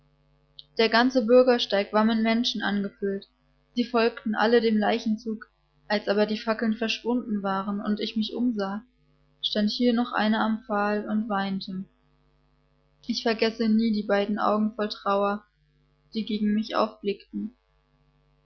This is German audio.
der ganze bürgersteig war mit menschen angefüllt sie folgten alle dem leichenzug als aber die fackeln verschwunden waren und ich mich umsah stand hier noch einer am pfahl und weinte ich vergesse nie die beiden augen voll trauer die gegen mich aufblickten